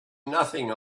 nothing